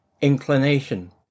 Inclination